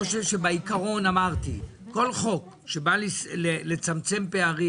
אמרתי שכל חוק שבא לצמצם פערים.